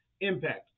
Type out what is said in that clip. impact